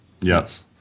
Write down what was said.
Yes